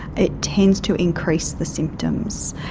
it tends to increase the symptoms.